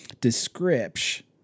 description